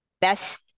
best